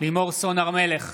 לימור סון הר מלך,